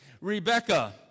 Rebecca